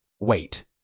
Wait